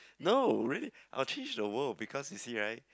no really I will change the world because you see right